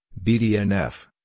BDNF